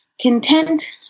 content